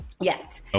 yes